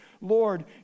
Lord